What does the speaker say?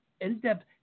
in-depth